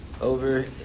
over